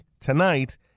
tonight